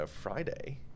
Friday